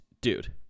dude